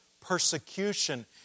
persecution